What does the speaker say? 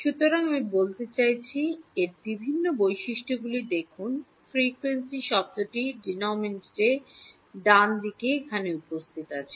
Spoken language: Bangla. সুতরাং আমি বলতে চাইছি এর বিভিন্ন বৈশিষ্ট্যগুলি দেখুন ফ্রিকোয়েন্সি শব্দটি ডিনোমিনেটরে ডানদিকে এখানে উপস্থিত হচ্ছে